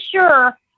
sure